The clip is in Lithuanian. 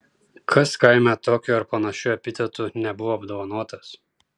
kas kaime tokiu ar panašiu epitetu nebuvo apdovanotas